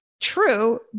true